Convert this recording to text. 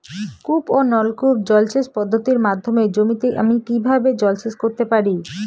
কূপ ও নলকূপ জলসেচ পদ্ধতির মাধ্যমে জমিতে আমি কীভাবে জলসেচ করতে পারি?